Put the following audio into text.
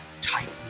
type